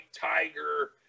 Tiger